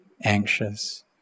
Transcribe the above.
anxious